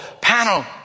panel